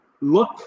look